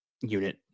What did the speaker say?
unit